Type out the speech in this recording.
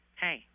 Hey